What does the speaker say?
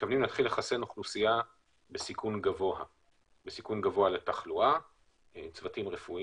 אלה הסיכונים העיקריים